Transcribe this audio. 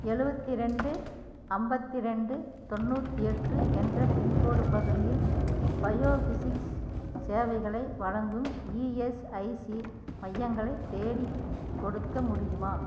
எழுவத்தி ரெண்டு ஐம்பத்தி ரெண்டு தொண்ணூற்றி எட்டு என்ற பின்கோடு பகுதியில் பயோஃபிஸிக்ஸ் சேவைகளை வழங்கும் இஎஸ்ஐசி மையங்களை தேடிக்கொடுக்க முடியுமா